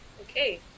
Okay